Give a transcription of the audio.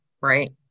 right